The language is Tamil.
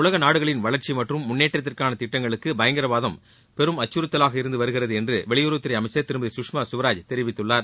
உலக நாடுகளிள் வளர்ச்சி மற்றும் முன்னேற்றத்திற்கான திட்டங்களுக்கு பயங்கரவாதம் பெரும் அச்சுறுத்தலாக இருந்து வருகிறது என்று வெளியுறவுத்துறை அமைச்சர் திருமதி சுஷ்மா ஸ்வராஜ் தெரிவித்துள்ளார்